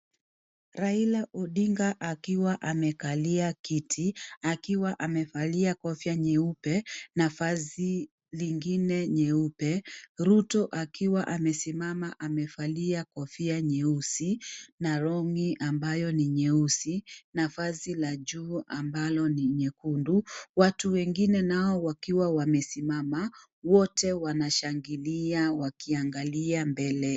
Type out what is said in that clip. Raila Odinga akiwa amekalia kiti, akiwa amevalia kofia nyeupe na vazi lingine nyeupe. Ruto akiwa amesimama, amevalia kofia nyeusi na long'i ambayo ni nyeusi na vazi la juu ambalo ni nyekundu. Watu wengine nao wakiwa wamesimama, wote wanashangilia wakiangalia mbele.